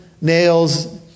nails